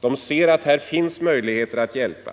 De ser att här finns möj Nr 142 ligheter att hjälpa.